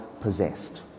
possessed